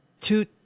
Two